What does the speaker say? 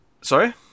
Sorry